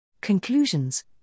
Conclusions